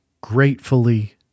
gratefully